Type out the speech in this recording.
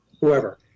whoever